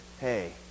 hey